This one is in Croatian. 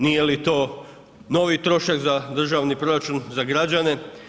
Nije li to novi trošak za državni proračun, za građane.